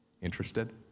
Interested